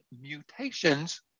mutations